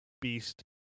beast